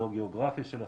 אזור גיאוגרפי של החיפוש.